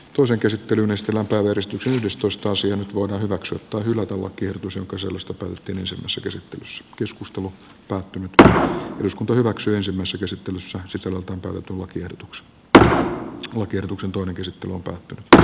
osa käsitteli myös tilata yhdistyksen kristus nyt voidaan hyväksyä tai hylätä lakiehdotus jonka solusta peltinen summasi reseptinsä keskustelu päättynyt sisällöstä päätettiin ensimmäisessä käsittelyssä sisällöltään toivotun lakiehdotuksen että lakiehdotuksen toinen kysytty lupaa että